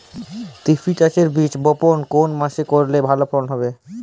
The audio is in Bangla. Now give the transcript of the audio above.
তিসি চাষের বীজ বপন কোন মাসে করলে ভালো ফলন হবে?